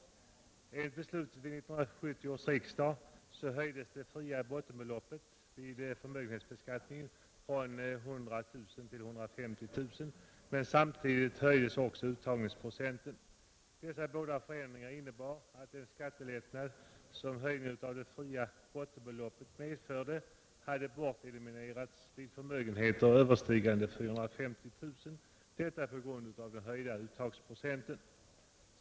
Enligt beslut vid 1970 års riksdag höjdes det fria bottenbeloppet vid förmögenhetsbeskattningen från 100 000 till 150 000 kronor, men samtidigt höjdes också uttagsprocenten. Dessa båda förändringar innebar att den skattelättnad som höjningen av det fria bottenbeloppet medförde hade elimerats vid förmögenheter överstigande 450 000 kronor, beroende på den höjda uttagsprocenten.